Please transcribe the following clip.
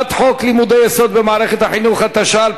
אדוני היושב-ראש, אנחנו תומכים בחוק שקדימה עשתה,